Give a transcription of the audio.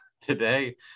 today